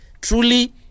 truly